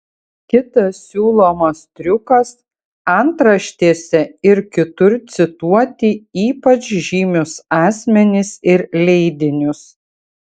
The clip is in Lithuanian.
kitas siūlomas triukas antraštėse ir kitur cituoti ypač žymius asmenis ir leidinius